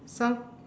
some